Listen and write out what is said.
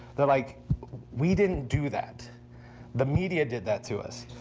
they're like we didn't do that the media did that to us.